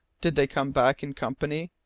did they come back in company?